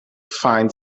similar